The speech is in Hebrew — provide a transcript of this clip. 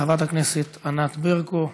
חברת הכנסת ענת ברקו,